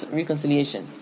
reconciliation